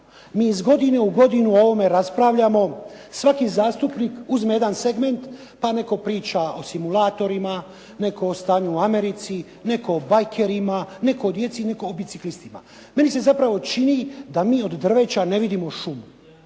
mi iz godine u godinu o ovome raspravljamo, svaki zastupnik uzme jedan segment pa netko priča o simulatorima, netko o stanju u Americi, netko o bikerima, netko o djeci, netko o biciklistima. Meni se zapravo čini da mi od drveća ne vidimo šumu.